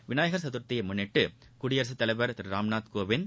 விநாயகர் சதுர்த்தியை முன்னிட்டு குடியரசுத் தலைவர் திரு ராம்நாத் கோவிந்த்